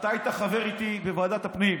אתה היית חבר איתי בוועדת הפנים.